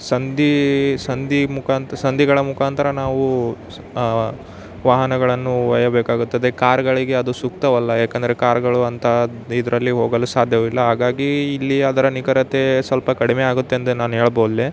ಸಂಧಿ ಸಂಧಿ ಮುಕ ಅಂತ ಸಂಧಿಗಳ ಮುಖಾಂತರ ನಾವು ವಾಹನಗಳನ್ನು ಒಯ್ಯ ಬೇಕಾಗುತ್ತದೆ ಕಾರ್ಗಳಿಗೆ ಅದು ಸೂಕ್ತವಲ್ಲ ಯಾಕಂದರೆ ಕಾರ್ಗಳು ಅಂತ ಇದರಲ್ಲಿ ಹೋಗಲು ಸಾಧ್ಯವಿಲ್ಲ ಹಾಗಾಗಿ ಇಲ್ಲಿ ಅದರ ನಿಖರತೆ ಸ್ವಲ್ಪ ಕಡಿಮೆ ಆಗುತ್ತೆ ಎಂದೇ ನಾನು ಹೇಳ್ಬಲ್ಲೆ